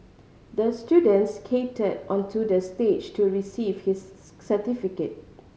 the student skated onto the stage to receive his certificate